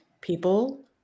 people